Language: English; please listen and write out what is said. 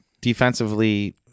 defensively